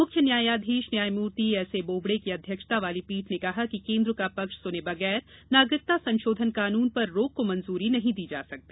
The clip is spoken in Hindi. मुख्य न्यायधीश न्यायमूर्ति एसए बोबड़े की अध्यक्षता वाली पीठ ने कहा कि केन्द्र का पक्ष सुने बगैर नागरिकता संशोधन कानून पर रोक को मंजूरी नहीं दी जा सकती